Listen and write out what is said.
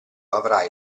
avrai